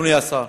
אדוני השר?